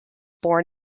born